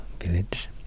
village